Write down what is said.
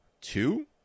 two